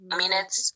minutes